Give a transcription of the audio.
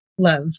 love